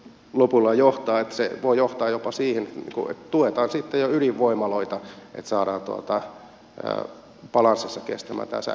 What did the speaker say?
lopulla johtaa itse voi lopulta johtaa jopa siihen että tuetaan sitten jo ydinvoimaloita että saadaan balanssissa kestämään tämä sähköntuotanto